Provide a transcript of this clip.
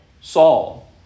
Saul